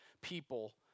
people